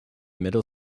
middle